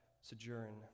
sojourn